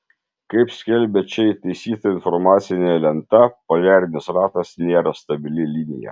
kaip skelbia čia įtaisyta informacinė lenta poliarinis ratas nėra stabili linija